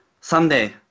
Someday